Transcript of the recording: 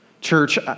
Church